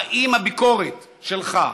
האם הביקורת שלך,